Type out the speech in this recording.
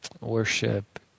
worship